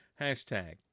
Hashtag